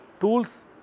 tools